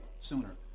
sooner